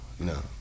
No